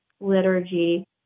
liturgy